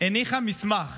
הניחה מסמך